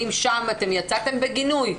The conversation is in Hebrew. האם שם אתם יצאתם בגינוי?